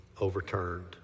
overturned